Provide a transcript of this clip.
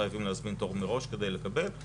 חייבים להזמין תור מראש כדי לקבל.